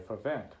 event